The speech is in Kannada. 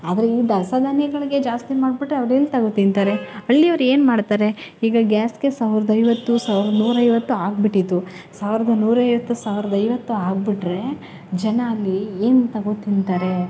ಅವ್ರಿಗೆ ದವಸ ಧಾನ್ಯಗಳ್ಗೆ ಜಾಸ್ತಿ ಮಾಡಿಬಿಟ್ರೆ ಅವ್ರು ಎಲ್ಲಿ ತಗೊ ತಿಂತಾರೆ ಹಳ್ಳಿಯವ್ರು ಏನು ಮಾಡ್ತಾರೆ ಈಗ ಗ್ಯಾಸ್ಗೆ ಸಾವ್ರ್ದ ಐವತ್ತು ಸಾವ್ರ್ದ ನೂರೈವತ್ತು ಆಗಿಬಿಟ್ಟಿತು ಸಾವಿರ್ದ ನೂರೈವತ್ತು ಸಾವ್ರ್ದ ಐವತ್ತು ಆಗಿಬಿಟ್ರೆ ಜನ ಅಲ್ಲಿ ಏನು ತಗೊ ತಿಂತಾರೆ